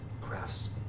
crafts